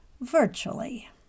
virtually